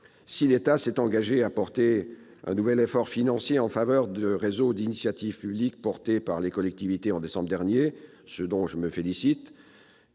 si l'État s'est engagé à fournir un nouvel effort financier en faveur des réseaux d'initiative publique portés par les collectivités en décembre dernier, ce dont je me félicite,